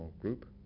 group